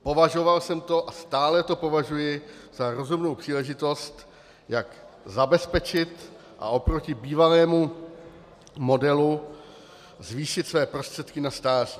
Považoval jsem to a stále to považuji za rozumnou příležitost, jak zabezpečit a oproti bývalému modelu zvýšit své prostředky na stáří.